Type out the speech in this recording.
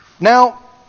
Now